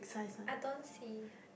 I don't see